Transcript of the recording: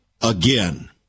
again